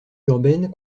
urbaine